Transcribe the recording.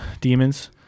demons